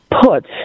put